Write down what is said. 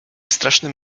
strasznym